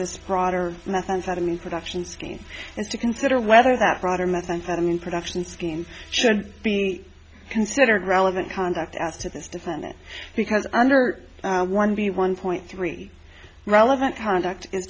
this broader methamphetamine production scheme and to consider whether that broader methamphetamine production scheme should be considered relevant conduct as to this defendant because under one b one point three relevant conduct is